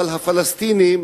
אבל הפלסטינים